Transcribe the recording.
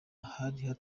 ahari